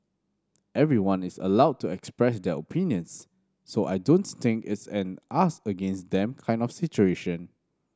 everyone is allowed to express their opinions so I don't think it's an us against them kind of situation